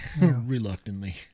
reluctantly